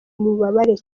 bubabare